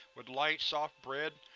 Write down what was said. with light, soft bread.